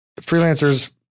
Freelancers